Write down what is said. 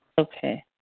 okay